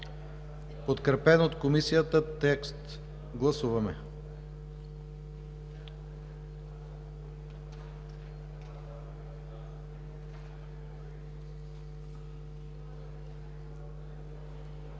подкрепен от Комисията текст. Гласували